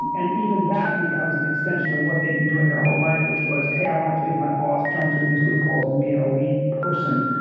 and even that becomes an extension of what they've been doing their whole life, which was hey, i want to please my boss, jump through these loopholes and be in an elite person.